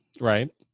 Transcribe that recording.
Right